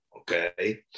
okay